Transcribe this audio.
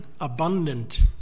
abundant